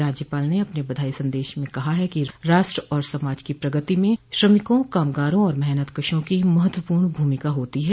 राज्यपाल ने अपने बधाई संदेश में कहा है कि राष्ट्र औरसमाज की प्रगति में श्रमिकों कामगारों और मेहनतकशों की महत्वपूर्ण भूमिका होती है